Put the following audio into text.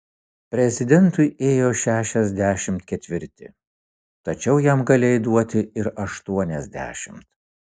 prezidentui ėjo šešiasdešimt ketvirti tačiau jam galėjai duoti ir aštuoniasdešimt